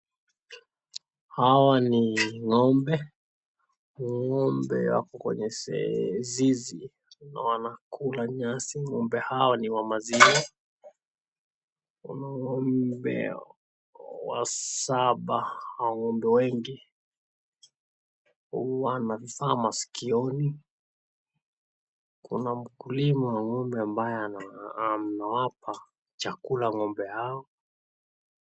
Hawa ni ng'ombe, ng'ombe wako kwenye zizi na wanakula nyasi. Ng'ombe hawa ni wa maziwa. Kuna ng'ombe wasaba hawa ng'ombe wengi huwa na vifaa masikioni, kuna mkulima ambaye wa ng'ombe ambaye anawapa chakula ng'ombe hao ...